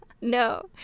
no